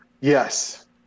Yes